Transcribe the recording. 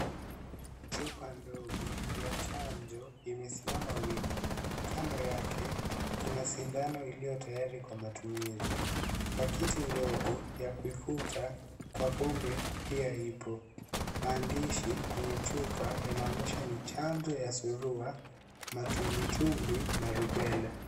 Chupa ndogo ya chanjo imesimama wima. Kando yake kuna sindano iliyotayari kwa matumizi. Pakiti ndogo ya kuifuta kwa pombe pia ipo. Maandishi kwenye chupa yanaonyesha ni chanjo ya surua, matumbwitumbwi na rubela.